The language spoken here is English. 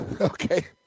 Okay